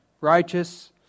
Righteous